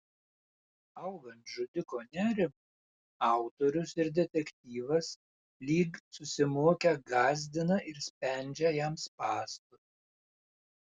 augant žudiko nerimui autorius ir detektyvas lyg susimokę gąsdina ir spendžia jam spąstus